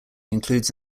includes